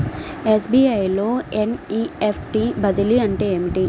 SBI లో NEFT బదిలీ అంటే ఏమిటి?